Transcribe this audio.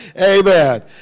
Amen